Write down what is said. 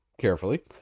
carefully